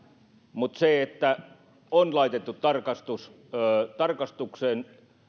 mutta on laitettu tarkastus ja tarkastuksen